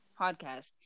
podcast